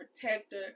protector